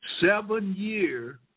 Seven-year